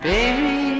Baby